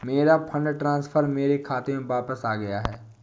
मेरा fund transfer मेरे खाते में वापस आ गया है